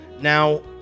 Now